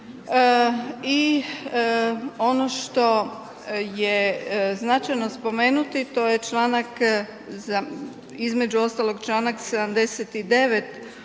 i ono što je značajno spomenuti to je članak, između ostalog članak 79.